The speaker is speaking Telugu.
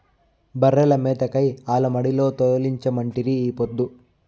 బర్రెల మేతకై ఆల మడిలో తోలించమంటిరి ఈ పొద్దు